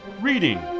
Reading